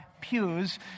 pews